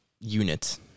unit